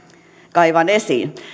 kaivan esiin